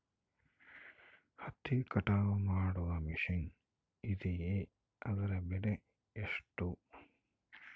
ಹತ್ತಿ ಕಟಾವು ಮಾಡುವ ಮಿಷನ್ ಇದೆಯೇ ಅದರ ಬೆಲೆ ಎಷ್ಟು?